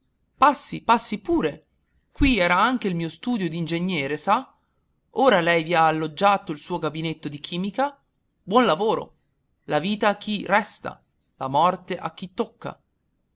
passi passi pure qui era anche il mio studio d'ingegnere sa ora lei vi ha allogato il suo gabinetto di chimica buon lavoro la vita a chi resta la morte a chi tocca